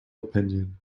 opinion